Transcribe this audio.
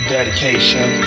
Dedication